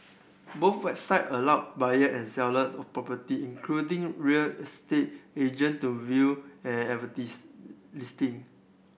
both website allow buyer and seller of property including real estate agent to view and advertise listing